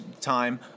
time